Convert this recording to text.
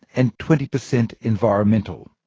and twenty per cent environmental.